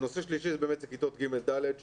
נושא שלישי, כיתות ג'-ד'.